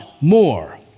more